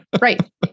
Right